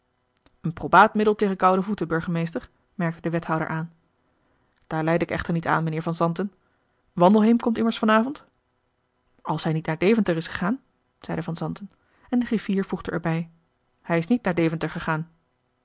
een probaat middel tegen koude voeten burgemeester merkte de wethouder aan daar lijd ik echter niet aan meneer van zanten wandelheem komt immers van avond als hij niet naar deventer is gegaan zeide van zanten en de griffier voegde er bij hij is niet naar deventer gegaan